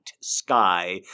sky